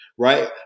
Right